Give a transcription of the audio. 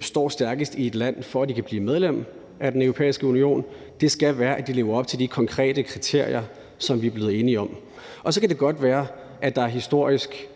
står stærkest i et land, for at de kan blive medlem af Den Europæiske Union. Det skal være, at de lever op til de konkrete kriterier, som vi er blevet enige om. Så kan det godt være, at der historisk